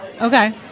Okay